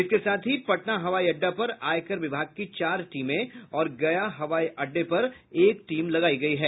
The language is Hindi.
इसके साथ ही पटना हवाई अड़डा पर आयकर विभाग की चार टीमें और गया हवाई अड़डे पर एक टीम लगायी गयी है